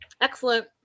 excellent